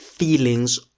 feelings